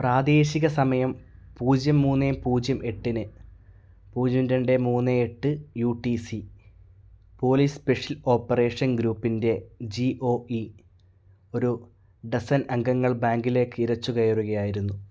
പ്രാദേശിക സമയം പൂജ്യം മൂന്ന് പൂജ്യം എട്ടിന് പൂജ്യം രണ്ട് മൂന്ന് എട്ട് U T C police special operation ഗ്രൂപ്പിൻ്റെ ജി ഒ ഇ ഒരു ഡസൻ അംഗങ്ങൾ ബാങ്കിലേക്ക് ഇരച്ചു കയറുകയായിരുന്നു